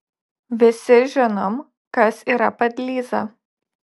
visi žinom kas yra padlyza